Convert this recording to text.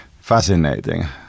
fascinating